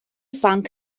funk